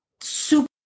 super